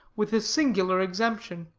with a singular exemption,